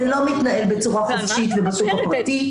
זה לא מתנהל בצורה חופשית ובשוק הפרטי,